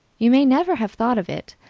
you may never have thought of it,